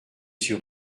sur